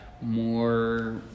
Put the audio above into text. more